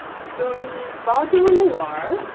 so the baco noir,